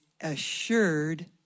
assured